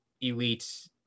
elite